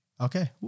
Okay